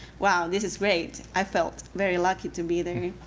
wow, this is great. i felt very lucky to be there.